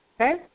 Okay